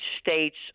States